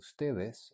ustedes